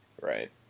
Right